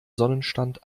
sonnenstand